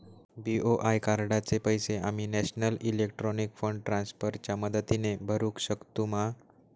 BOI कार्डाचे पैसे आम्ही नेशनल इलेक्ट्रॉनिक फंड ट्रान्स्फर च्या मदतीने भरुक शकतू मा?